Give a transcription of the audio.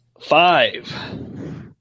Five